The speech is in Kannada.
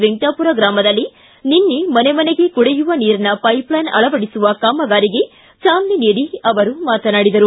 ವೆಂಕಟಾಪುರ ಗ್ರಾಮದಲ್ಲಿ ನಿನ್ನೆ ಮನೆ ಮನೆಗೆ ಕುಡಿಯುವ ನೀರಿನ ಪೈಷ್ಲೈನ್ ಅಳವಡಿಸುವ ಕಾಮಗಾರಿಗೆ ಚಾಲನೆ ನೀಡಿ ಅವರು ಮಾತನಾಡಿದರು